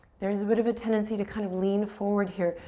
there is a bit of a tendency to kind of lean forward here,